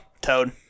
Toad